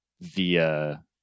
via